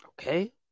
Okay